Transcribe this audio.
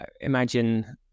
imagine